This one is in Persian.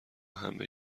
همه